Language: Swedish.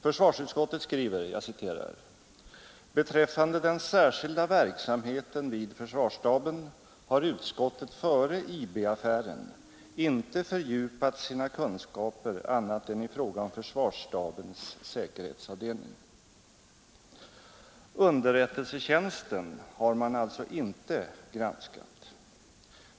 Försvarsutskottet skriver: ”Beträffande den särskilda verksamheten vid försvarsstaben har utskottet före IB-affären inte fördjupat sina kunskaper annat än i fråga om försvarsstabens säkerhetsavdelning.” Underrättelsetjänsten har man alltså inte granskat.